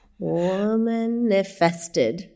Womanifested